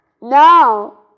No